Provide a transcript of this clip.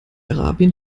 arabien